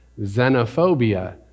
Xenophobia